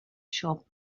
shop